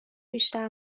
بیشتر